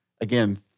Again